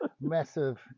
massive